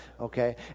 okay